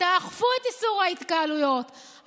תאכפו את איסור ההתקהלויות,